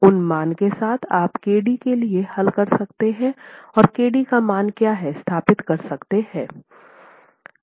उन मान के साथ आप kd के लिए हल कर सकते हैं और kd का मान क्या है स्थापित कर सकते हैं